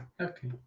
Okay